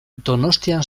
donostian